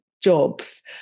jobs